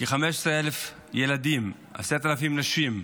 כ-15,000 ילדים, 10,000 נשים,